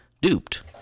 duped